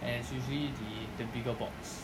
and it's usually the the bigger box